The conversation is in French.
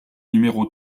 numéro